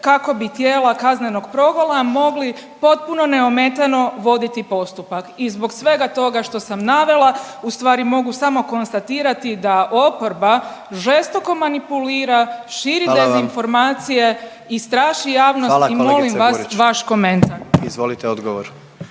kako bi tijela kaznenog progona mogli potpuno neometano voditi postupak. I zbog svega toga što sam navela ustvari mogu samo konstatirati da oporba žestoko manipulira, širi dezinformacije…/Upadica predsjednik: Hvala vam./…i straši